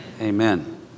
Amen